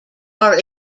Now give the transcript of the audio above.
are